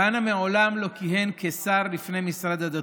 כהנא מעולם לא כיהן כשר לפני משרד הדתות.